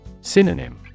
Synonym